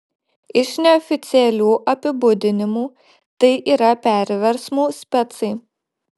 iš neoficialių apibūdinimų tai yra perversmų specai